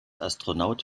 astronaut